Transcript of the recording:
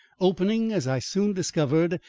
opening, as i soon discovered,